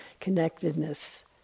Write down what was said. connectedness